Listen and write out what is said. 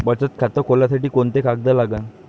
बचत खात खोलासाठी कोंते कागद लागन?